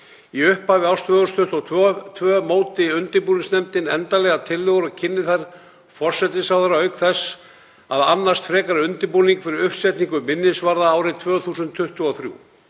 Í upphafi árs 2022 móti undirbúningsnefndin endanlegar tillögur og kynni þær forsætisráðherra auk þess að annast frekari undirbúning fyrir uppsetningu minnisvarða árið 2023.